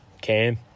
Cam